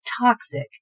toxic